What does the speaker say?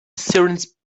sirens